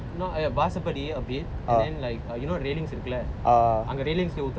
not வாசபடி:vaasapadi a bit and then like err you know railings இருக்குலே:irukkulae